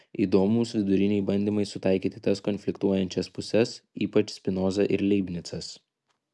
įdomūs viduriniai bandymai sutaikyti tas konfliktuojančias puses ypač spinoza ir leibnicas